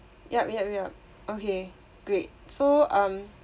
yup yup yup okay great so um